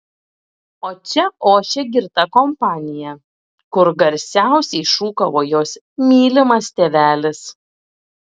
o čia ošė girta kompanija kur garsiausiai šūkavo jos mylimas tėvelis